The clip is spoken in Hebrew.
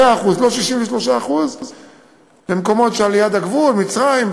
לא 63% במקומות שליד גבול מצרים,